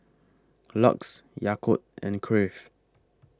LUX Yakult and Crave